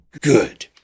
Good